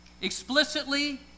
Explicitly